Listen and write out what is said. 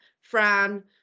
Fran